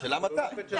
השאלה מתי.